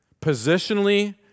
positionally